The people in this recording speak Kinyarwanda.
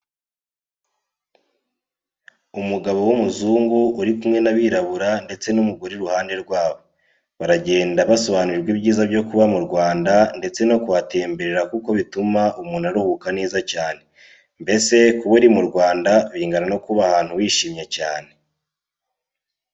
Umugabo w'umuzungu uri kumwe n'abirabura ndetse n'umugore iruhande rwabo, baragenda basobanurirwa ibyiza byo kuba mu Rwanda ndetse no kuhatemberera kuko bituma umuntu aruhuka neza cyane, mbese kuba uri mu Rwanda bingana no kuba ahantu wishimiye cyane.